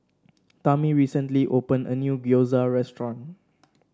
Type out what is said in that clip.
Tami recently opened a new Gyoza Restaurant